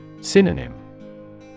Synonym